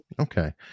Okay